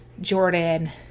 jordan